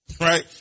right